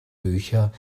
bücher